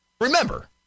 remember